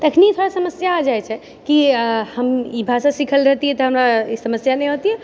तखनी फेर समस्या आ जाय छै कि हम ई भाषा सीखल रहितियै तऽ हमरा ई समस्या नहि होइतिऐ